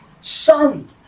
son